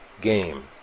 game